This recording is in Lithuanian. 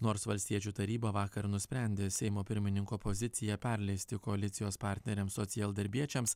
nors valstiečių taryba vakar nusprendė seimo pirmininko poziciją perleisti koalicijos partneriams socialdarbiečiams